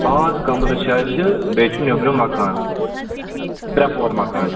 پانٛژھ کَمرٕ چھِ اَسہِ بیٚیہِ چھُ نیٚبرِم مکان ترٛےٚ ترٛےٚ پور مَکان